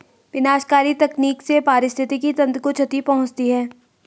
विनाशकारी तकनीक से पारिस्थितिकी तंत्र को क्षति पहुँचती है